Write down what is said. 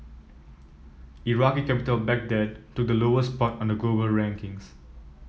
Iraqi capital Baghdad took the lowest spot on the global rankings